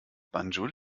banjul